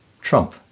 Trump